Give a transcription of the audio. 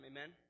Amen